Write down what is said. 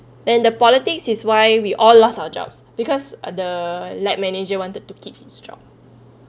then the politics is why we all lost our jobs because uh the lab manager want to keep it his job